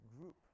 group